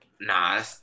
nah